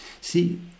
see